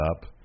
up